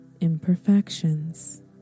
imperfections